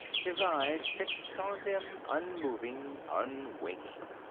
his eyes fixed on them, unmoving, unwinking.